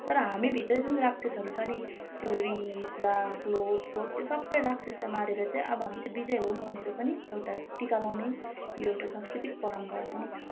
तर हामीभित्र जुन राक्षसहरू छ नि त्यो रिस राग लोभ क्रोध त्यो सबै राक्षसलाई मारेर चाहिँ अब हामी चाहिँ विजय होऊँ भनेर पनि एउटा टिका लगाउने यो एउटा सांस्कृतिक परम्परा पनि छ